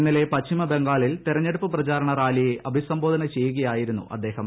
ഇന്നലെ പശ്ചിമ ബംഗാളിൽ തിരഞ്ഞെടുപ്പ് പ്രചാരണ റാലിയെ അഭിസംബോധന ചെയ്യുകയായിരുന്നു അദ്ദേഹം